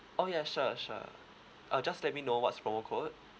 oh ya sure sure uh just let me know what's the promo code